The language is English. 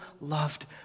loved